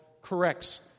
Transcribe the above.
corrects